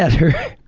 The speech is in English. her.